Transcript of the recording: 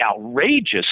outrageous